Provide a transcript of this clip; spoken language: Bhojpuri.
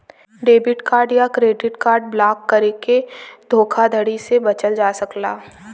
डेबिट कार्ड या क्रेडिट कार्ड ब्लॉक करके धोखाधड़ी से बचल जा सकला